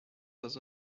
was